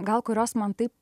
gal kurios man taip